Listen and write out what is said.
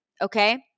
okay